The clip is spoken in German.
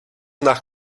nach